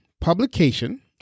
publication